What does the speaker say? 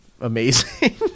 amazing